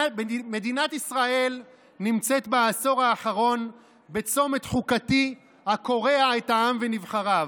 מדינת ישראל נמצאת בעשור האחרון בצומת חוקתי הקורע את העם ואת נבחריו.